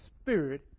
Spirit